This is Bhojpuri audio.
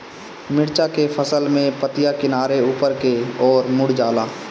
मिरचा के फसल में पतिया किनारे ऊपर के ओर मुड़ जाला?